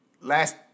last